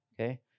okay